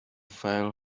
file